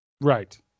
Right